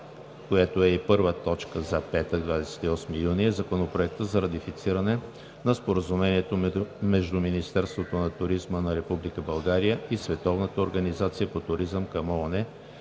съвет – точка трета за четвъртък. 9. Законопроекта за ратифициране на Споразумението между Министерството на туризма на Република България и Световната организация по туризъм към ООН